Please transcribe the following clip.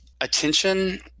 attention